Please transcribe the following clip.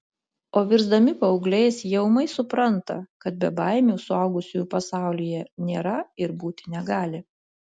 o virsdami paaugliais jie ūmai supranta kad bebaimių suaugusiųjų pasaulyje nėra ir būti negali